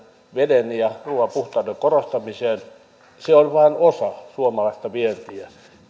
veden ja ruuan puhtauden korostamiseen se on vain osa suomalaista vientiä